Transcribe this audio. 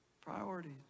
Priorities